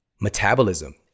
metabolism